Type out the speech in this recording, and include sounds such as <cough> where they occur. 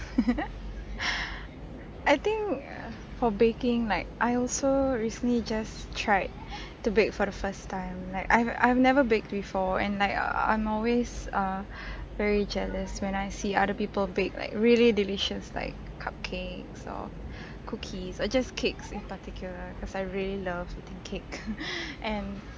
<laughs> I think for baking like I also recently just tried <breath> to bake for the first time like I've I've never bake before and like I'm always err <breath> very jealous when I see other people bake like really delicious like cupcakes or <breath> cookies or just cakes in particular cause I really love eating cake <laughs> and